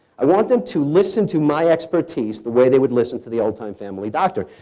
i want them to listen to my expertise the way they would listen to the old-time family doctor.